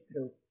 growth